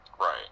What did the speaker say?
Right